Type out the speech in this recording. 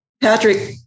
Patrick